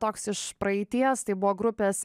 toks iš praeities tai buvo grupės